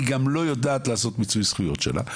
היא גם לא יודעת לעשות את מיצוי הזכויות שלה.